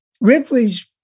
Ripley's